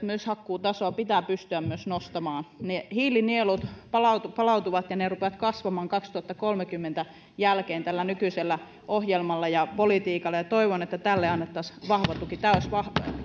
myös hakkuutasoa pitää pystyä nostamaan ne hiilinielut palautuvat palautuvat ja ne rupeavat kasvamaan kaksituhattakolmekymmentä jälkeen tällä nykyisellä ohjelmalla ja politiikalla ja ja toivon että tälle annettaisiin vahva tuki tämä olisi